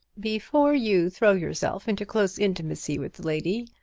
before you throw yourself into close intimacy with the lady,